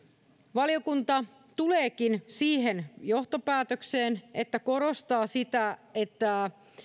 valiokunta tuleekin siihen johtopäätökseen että korostaa sitä että